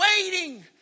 Waiting